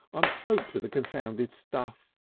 i'm soaked with the confounded stuff!